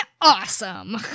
awesome